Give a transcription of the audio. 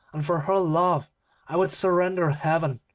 and for her love i would surrender heaven.